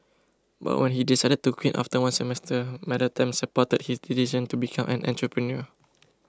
but when he decided to quit after one semester Madam Tan supported his decision to become an entrepreneur